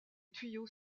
tuyaux